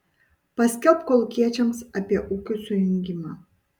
paskelbk kolūkiečiams apie ūkių sujungimą